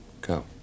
Go